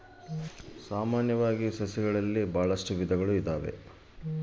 ಸಾಮಾನ್ಯವಾಗಿ ಸಸಿಗಳಲ್ಲಿ ಎಷ್ಟು ವಿಧಗಳು ಇದಾವೆ?